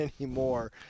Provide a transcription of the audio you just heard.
anymore